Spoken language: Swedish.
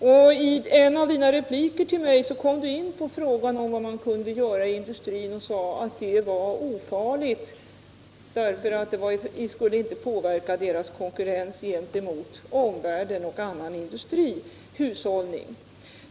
Och i en av dina repliker till mig kom du in på frågan om vad man kunde göra i industrin och sade att nu aktuella åtgärder är ofarliga därför att de inte skulle påverka industriernas konkurrensförhållanden gentemot omvärlden och annan industri.